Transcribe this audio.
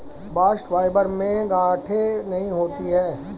bast fibre में गांठे नहीं होती है